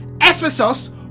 Ephesus